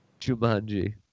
Jumanji